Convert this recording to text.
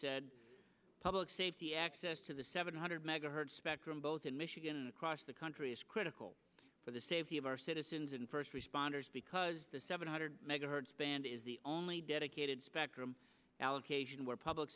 public safety access to the seven hundred megahertz spectrum both in michigan and across the country is critical for the safety of our citizens and first responders because the seven hundred megahertz band is the only dedicated spectrum allocation where public